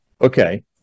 Okay